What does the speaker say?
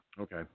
Okay